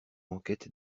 enquête